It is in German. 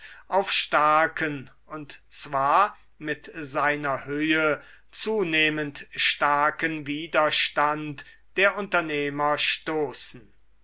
auf starken und zwar mit seiner höhe zunehmend starken widerstand der unternehmer stoßen